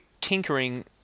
tinkering